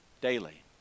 daily